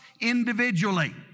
individually